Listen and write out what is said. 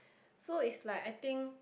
so it's like I think